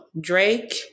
Drake